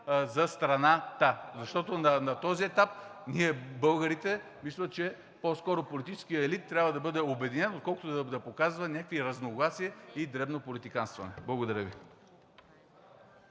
за страната. Защото на този етап ние българите, по-скоро политическият елит трябва да бъде обединен, отколкото да показва някакви разногласия и дребно политиканстване. Благодаря Ви.